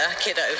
kiddo